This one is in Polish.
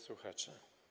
Słuchacze!